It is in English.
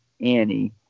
Annie